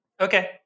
Okay